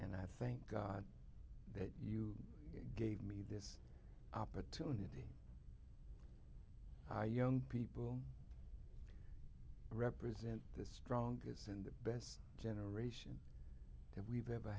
and i thank god that you gave me this opportunity young people represent the strongest and best generation that we've ever